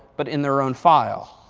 but in their own file.